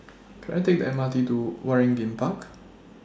Can I Take The M R T to Waringin Park